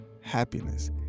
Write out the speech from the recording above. happiness